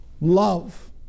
love